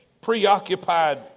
preoccupied